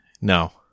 No